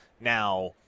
Now